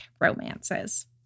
romances